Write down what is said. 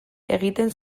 egiten